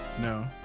No